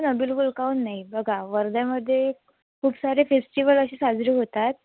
ना बिलकुल काऊन नाही बघा वर्ध्यामध्ये खूप सारे फेस्टिवल असे साजरे होतात